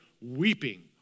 weeping